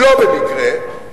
לא במקרה,